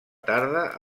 tarda